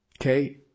Okay